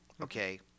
okay